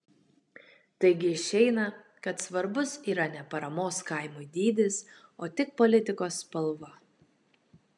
taigi išeina kad svarbus yra ne paramos kaimui dydis o tik politikos spalva